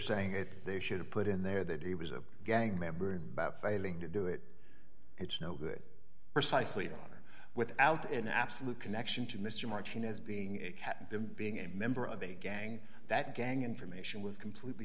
saying that they should have put in there that he was a gang member about failing to do it it's no good precisely or without an absolute connection to mr martinez being a captain being a member of a gang that gang information was completely